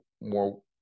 more